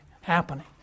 happening